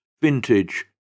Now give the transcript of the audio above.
Vintage